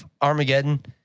Armageddon